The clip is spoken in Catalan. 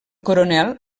coronel